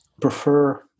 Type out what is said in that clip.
prefer